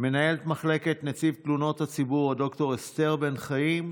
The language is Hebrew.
מנהלת מחלקת נציב תלונות הציבור ד"ר אסתר בן חיים,